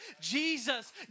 Jesus